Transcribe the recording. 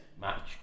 match